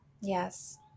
Yes